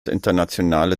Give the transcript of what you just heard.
internationale